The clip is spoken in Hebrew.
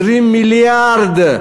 20 מיליארד.